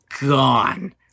gone